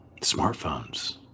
smartphones